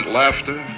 laughter